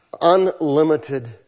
unlimited